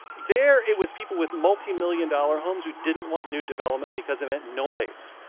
there, it was people with multimillion-dollar homes who didn't want new development because it meant noise,